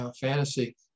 fantasy